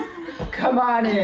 come on in,